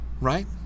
right